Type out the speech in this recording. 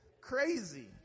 crazy